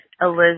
Elizabeth